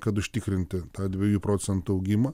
kad užtikrinti tą dviejų procentų augimą